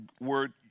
word